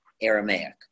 Aramaic